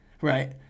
right